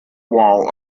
wall